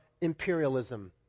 imperialism